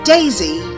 Daisy